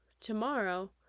Tomorrow